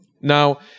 Now